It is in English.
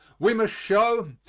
we must show,